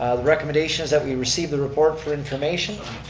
the recommendation is that we receive the report for information.